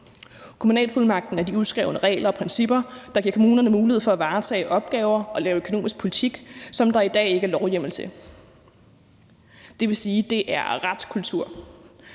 Kommunalfuldmagten er de uskrevne regler og principper, der giver kommunerne mulighed for at varetage opgaver og lave økonomisk politik, som der i dag ikke er lovhjemmel til, dvs. retskultur.